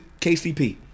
KCP